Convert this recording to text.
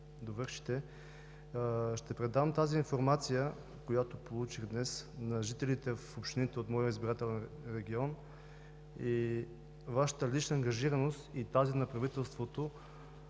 Ще предам тази информация, която получих днес, на жителите в общините от моя избирателен регион, Вашата лична ангажираност и тази на правителството